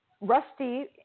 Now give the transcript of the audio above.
Rusty